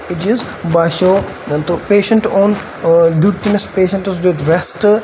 اِ چیٖز باسیٚو تو پیشَنٹ اوٚن دِیُت تٔمِس پیشَنٹَس دِیُت ریٚسٹہٕ